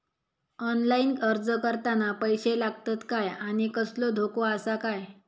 Online अर्ज करताना पैशे लागतत काय आनी कसलो धोको आसा काय?